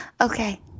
Okay